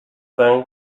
thing